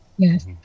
Yes